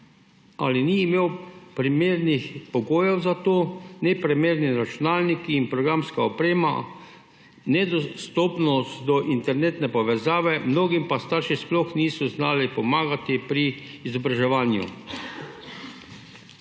ali ni imel primernih pogojev za to – neprimerni računalniki in programska oprema, nedostopnost do internetne povezave, mnogim pa starši sploh niso znali pomagati pri izobraževanju.